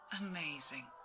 Amazing